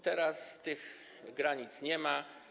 Teraz tych granic nie ma.